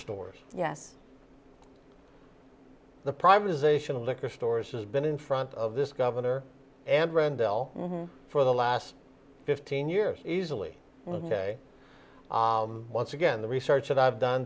stores yes the privatization of liquor stores has been in front of this governor and randell for the last fifteen years easily with the day once again the research that i've done